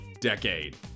decade